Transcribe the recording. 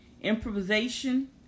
improvisation